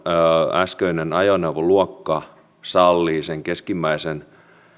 äskeinen ajoneuvoluokka sallii sen keskimmäisen